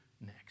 next